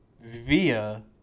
via